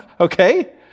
Okay